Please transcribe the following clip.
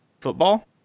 football